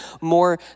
more